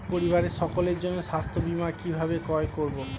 পরিবারের সকলের জন্য স্বাস্থ্য বীমা কিভাবে ক্রয় করব?